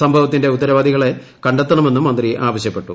സംഭവത്തിന്റെ ഉത്തരവാദികളെ കണ്ടെത്തണമെന്നും മന്ത്രി ആവശ്യപ്പെട്ടു